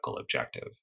objective